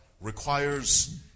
requires